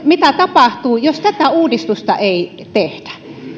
mitä tapahtuu jos tätä uudistusta ei tehdä